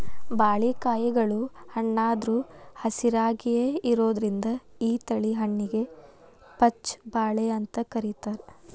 ಬಾಳಿಕಾಯಿಗಳು ಹಣ್ಣಾದ್ರು ಹಸಿರಾಯಾಗಿಯೇ ಇರೋದ್ರಿಂದ ಈ ತಳಿ ಹಣ್ಣಿಗೆ ಪಚ್ಛ ಬಾಳೆ ಅಂತ ಕರೇತಾರ